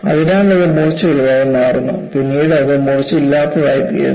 അതിനാൽ അത് മൂർച്ചയുള്ളതായി മാറുന്നു പിന്നീട് അത് മൂർച്ചയില്ലാത്തതായിത്തീരുന്നു